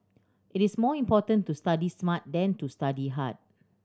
it is more important to study smart than to study hard